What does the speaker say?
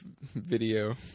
video